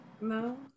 No